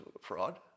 fraud